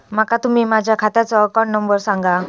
माका तुम्ही माझ्या खात्याचो अकाउंट नंबर सांगा?